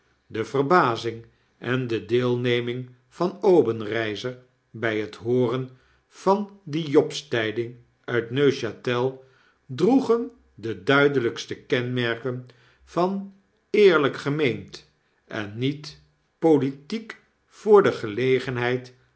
de verbazing en de deelneming van obenreizer by het nooren van die jobstyding uit neuchte l droegen de duidelykste kenmerken van eerlyk gemeend en niet politiek voor de gelegenheid